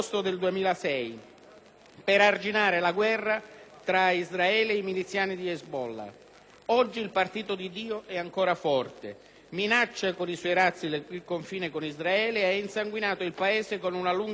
per arginare la guerra tra Israele e i miliziani di Hezbollah. Oggi il Partito di Dio è ancora forte, minaccia con i suoi razzi il confine con Israele e ha insanguinato il Paese con una lunga catena di attentati.